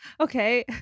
Okay